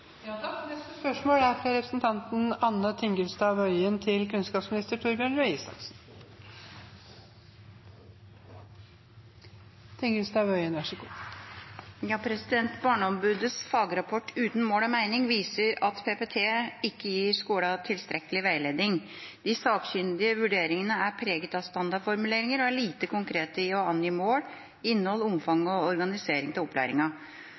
fagrapport «Uten mål og mening?» viser at PPT ikke gir skolene tilstrekkelig veiledning. De sakkyndige vurderingene er preget av standardformuleringer og er lite konkrete i å angi mål, innhold, omfang og organisering av